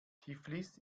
tiflis